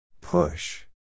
Push